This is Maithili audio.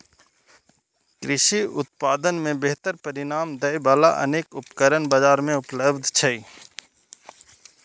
कृषि उत्पादन मे बेहतर परिणाम दै बला अनेक उपकरण बाजार मे उपलब्ध छै